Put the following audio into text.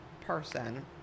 person